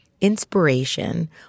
inspiration